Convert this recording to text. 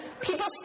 people